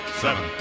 seven